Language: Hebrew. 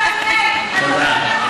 תודה.